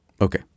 Okay